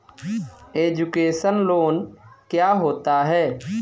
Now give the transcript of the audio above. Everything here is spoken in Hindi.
एजुकेशन लोन क्या होता है?